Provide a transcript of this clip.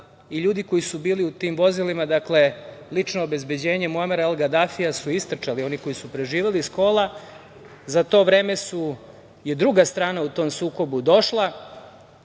i ljudi koji su bili u tim vozilima, dakle lično obezbeđenje Muamera el Gadafija, su istrčali, oni koji su preživeli iz kola. Za to vreme je druga strana u tom sukobu došla,